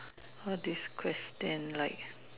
what's this question like